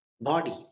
body